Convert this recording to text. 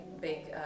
big